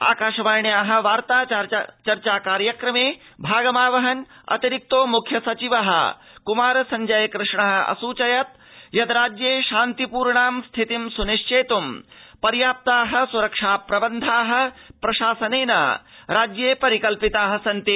आकाशवाण्याः वार्ता चर्चा कार्यक्रमे भागमावहन् अतिरिक्तो मुख्य सचिवः कुमार सञ्जय कष्णः असुचयत् यद राज्ये शान्तिपूर्णा स्थितिं स्निश्चेत्ं पर्याप्ताः स्रक्षा प्रबन्धाः प्रशासनेन परिकल्पिताः सन्ति